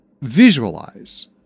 visualize